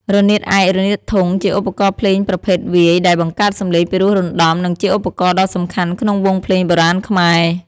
រនាតឯក រនាតធុង ជាឧបករណ៍ភ្លេងប្រភេទវាយ ដែលបង្កើតសំឡេងពិរោះរណ្ដំ និងជាឧបករណ៍ដ៏សំខាន់ក្នុងវង់ភ្លេងបុរាណខ្មែរ។